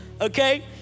okay